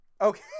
Okay